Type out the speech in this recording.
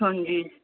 ਹਾਂਜੀ